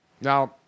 Now